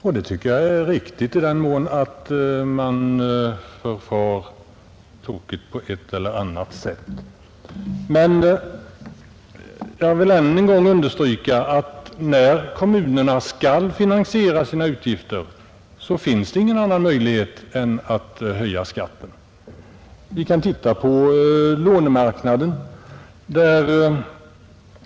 Det tycker jag är riktigt i den mån man förfar tokigt på ett eller annat sätt. Men jag vill ännu en gång understryka att när kommunerna skall finansiera sina utgifter, finns det ingen annan möjlighet än att höja skatten. Vi kan se på lånemarknaden.